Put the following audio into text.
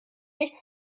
nicht